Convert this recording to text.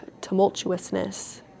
tumultuousness